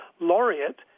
laureate